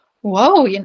whoa